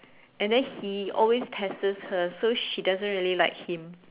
and then he always pesters her so she doesn't really like him